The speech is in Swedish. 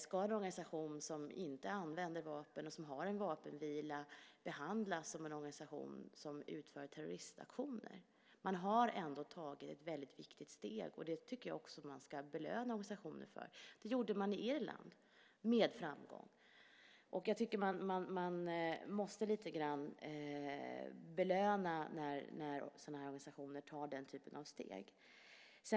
Ska en organisation som inte använder vapen och som har en vapenvila behandlas som en organisation som utför terroristaktioner? Organisationen har ändå tagit ett väldigt viktigt steg, och det tycker jag att man också ska belöna den för. Det gjorde man i Irland med framgång. Jag tycker att man lite grann måste belöna när sådana här organisationer tar denna typ av steg.